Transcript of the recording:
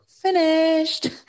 finished